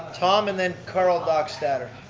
tom and then karl dockstader.